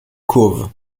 kurve